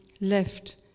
left